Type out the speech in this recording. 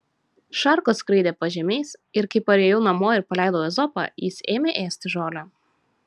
šarkos skraidė pažemiais ir kai parėjau namo ir paleidau ezopą jis ėmė ėsti žolę